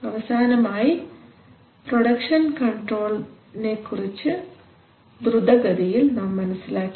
അവസാനമായി പ്രൊഡക്ഷൻ കൺട്രോൾനെകുറിച്ച് ദ്രുതഗതിയിൽ നാം മനസ്സിലാക്കി